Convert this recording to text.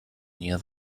near